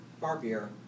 Barbier